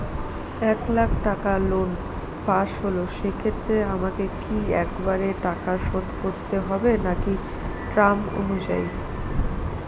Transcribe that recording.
এক লাখ টাকা loan pass হল সেক্ষেত্রে আমাকে কি একবারে টাকা শোধ করতে হবে নাকি টার্ম অনুযায়ী?